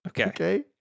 Okay